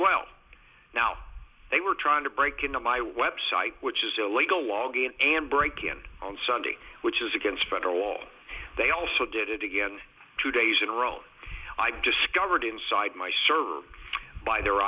well now they were trying to break into my website which is illegal logging and breakin on sunday which is against federal law they also did it again two days in a row i discovered inside my server by their